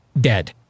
dead